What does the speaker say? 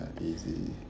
easy